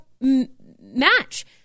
match